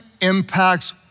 impacts